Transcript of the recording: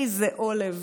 איזה עולב.